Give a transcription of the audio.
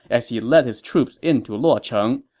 as he led his troops into luocheng.